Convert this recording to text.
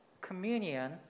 communion